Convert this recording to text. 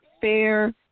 fair